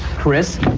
chris.